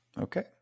Okay